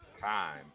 time